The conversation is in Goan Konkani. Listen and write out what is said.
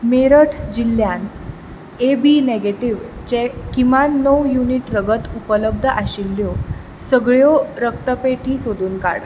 मेरठ जिल्ल्यांत ए बी न्हेगेटिवचें किमान णव युनीट रगत उपलब्ध आशिल्ल्यो सगळ्यो रक्तपेठी सोदून काड